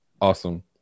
Awesome